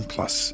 Plus